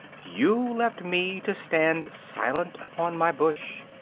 you left me to stand silent upon my bush.